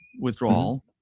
withdrawal